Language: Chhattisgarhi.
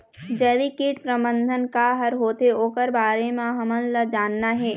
जैविक कीट प्रबंधन का हर होथे ओकर बारे मे हमन ला जानना हे?